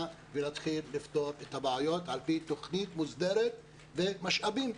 ולהתחיל לפתור בעיות על פי תוכנית מוסדרת ולתת משאבים.